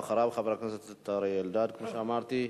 אחריו, חבר הכנסת אריה אלדד, כפי שאמרתי.